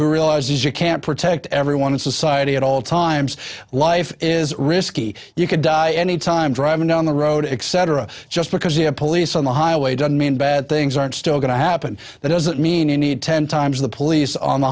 who realizes you can't protect everyone in society at all times life is risky you could die any time driving down the road except for a just because the police on the highway don't mean bad things aren't still going to happen that doesn't mean you need ten times the police on the